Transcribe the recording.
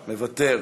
מוותר,